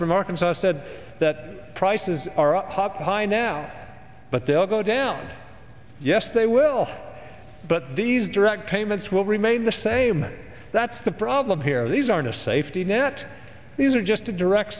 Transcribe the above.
from arkansas said that prices are up popeye now but they'll go down yes they will but these direct payments will remain the same that's the problem here these are no safety net these are just a direct